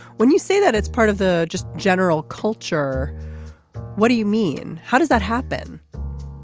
when you say that it's part of the just general culture what do you mean how does that happen